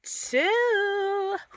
two